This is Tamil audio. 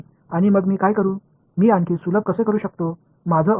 எனவே நான் ஒரு வைத்திருக்க போகிறேன்